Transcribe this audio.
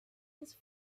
his